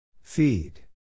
Feed